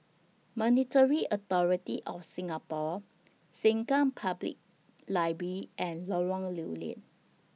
Monetary Authority of Singapore Sengkang Public Library and Lorong Lew Lian